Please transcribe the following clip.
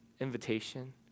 invitation